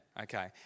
okay